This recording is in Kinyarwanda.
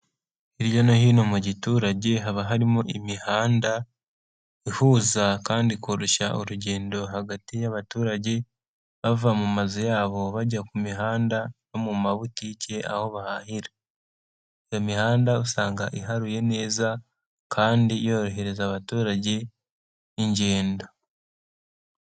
Hirya no hino mu giturage haba harimo imihanda ihuza kandi ikoroshya urugendo hagati y'abaturage, bava mu mazu yabo bajya ku mihanda no mu mabutiki aho bahahira. Iyo mihanda usanga iharuye neza kandi yorohereza abaturage ingendo.